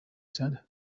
said